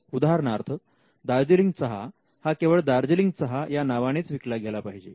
उदाहरणार्थ दार्जिलिंग चहा हा केवळ दार्जिलिंग चहा या नावानेच विकला गेला पाहिजे